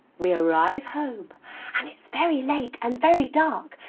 we arrive home and it's very late and very dark.